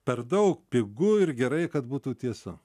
per daug pigu ir gerai kad būtų tiesa